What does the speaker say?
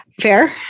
Fair